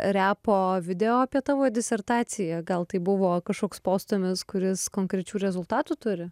repo video apie tavo disertaciją gal tai buvo kažkoks postūmis kuris konkrečių rezultatų turi